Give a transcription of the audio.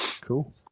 cool